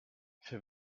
für